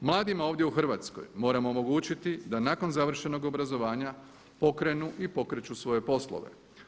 Mladima ovdje u Hrvatskoj moramo omogućiti da nakon završenog obrazovanja pokrenu i pokreću svoje poslove.